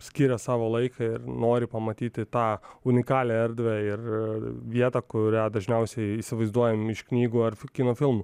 skiria savo laiką ir nori pamatyti tą unikalią erdvę ir vietą kurią dažniausiai įsivaizduojam iš knygų ar kino filmų